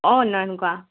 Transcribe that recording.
অঁ নয়ন কোৱা